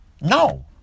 No